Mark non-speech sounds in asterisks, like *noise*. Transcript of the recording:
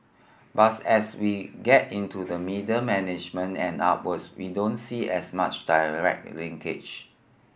*unintelligible* as we get into the middle management and upwards we don't see as much direct linkage